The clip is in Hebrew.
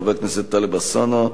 חבר הכנסת טלב אלסאנע.